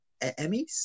Emmys